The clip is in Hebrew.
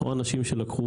או אנשים שלקחו